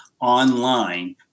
online